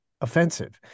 offensive